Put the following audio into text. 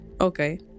okay